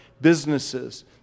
businesses